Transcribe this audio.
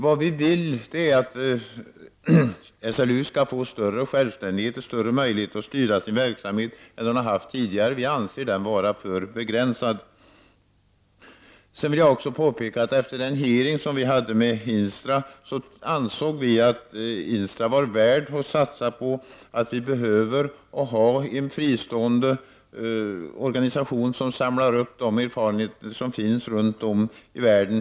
Vi vill att SLU skall få större självständighet och större möjligheter att styra sin verksamhet än vad man tidigare har haft. Vi anser att dessa möjligheter nu är för begränsade. Jag vill också påpeka att efter den utfrågning som utskottet hade med IN STRA, ansåg vi att det var värt att satsa på INSTRA. Vi behöver en fristående organisation som samlar in de erfarenheter som finns runtom i världen.